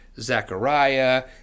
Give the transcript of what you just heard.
Zechariah